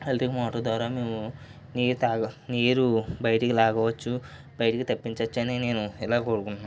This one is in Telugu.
ఎలక్ట్రిక్ మోటార్ ద్వారా మేము నీరు తాగు నీరు బయటకు లాగవచ్చు బయటకు తెప్పించవచ్చు అని నేను ఇలా కోరుకుంటున్నాను